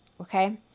okay